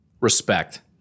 Respect